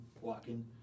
walking